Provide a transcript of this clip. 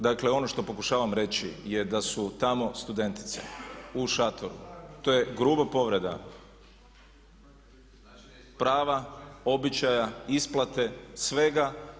Dakle ono što pokušavam reći je da su tamo studentice u šatoru, to je grubo povreda prava, običaja, isplate svega.